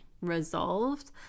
resolved